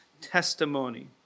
testimony